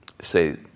say